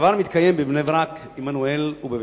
הדבר מתקיים בבני-ברק, עמנואל ובית-שמש.